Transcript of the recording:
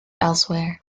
elsewhere